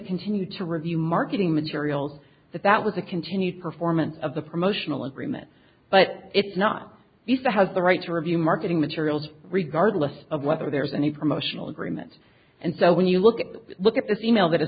continue to review marketing materials that that was a continued performance of the promotional agreement but it's not the same has the right to review marketing materials regardless of whether there's any promotional agreements and so when you look at look at this e mail that